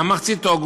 גם מחצית אוגוסט,